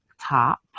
top